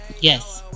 yes